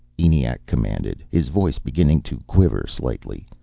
eniac commanded, his voice beginning to quiver slightly.